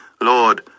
Lord